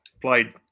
played